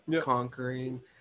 conquering